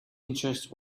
interest